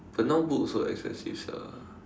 but now book also expensive sia